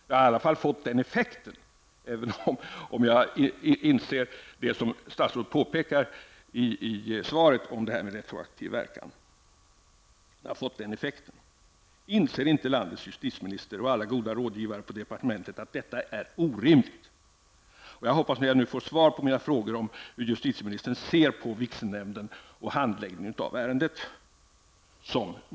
Det har i alla fall fått den effekten, även om jag inser innebörden av det som statsrådet påpekar i svaret angående retroaktiv verkan. Inser inte landets justitieminister och alla goda rådgivare på departementet att detta är orimligt? Jag hoppas att nu få svar på mina frågor om hur justitieministern ser på vigselnämnden som myndighet och handläggningen av ärendet.